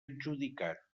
adjudicat